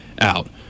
out